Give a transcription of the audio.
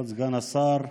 כבוד סגן השר,